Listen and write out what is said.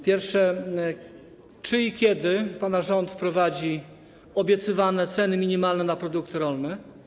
Pierwsze: Czy i kiedy pana rząd wprowadzi obiecywane ceny minimalne na produkty rolne?